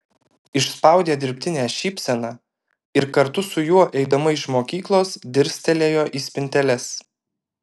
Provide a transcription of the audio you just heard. išspaudė dirbtinę šypseną ir kartu su juo eidama iš mokyklos dirstelėjo į spinteles